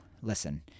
listen